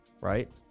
right